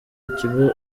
ikigo